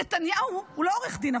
נתניהו הוא לא עורך דין,